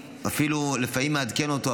ולפעמים אני אפילו מעדכן אותו,